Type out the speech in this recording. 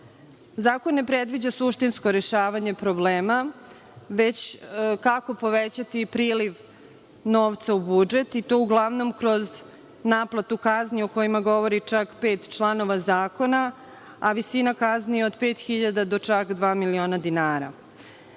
ne predviđa suštinsko rešavanje problema, već kako povećati priliv novca u budžet, i to uglavnom kroz naplatu kazni o kojima govori čak pet članova zakona, a visina kazni je od 5.000 do čak dva miliona dinara.